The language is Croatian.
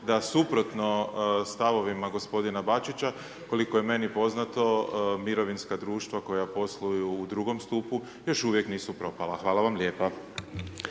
da suprotno stavovima gospodina Bačića koliko je meni poznato mirovinska društva koja posluju u drugom stupu još uvijek nisu propala. Hvala vam lijepa.